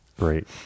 great